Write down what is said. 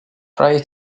prior